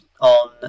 on